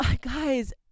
guys